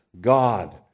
God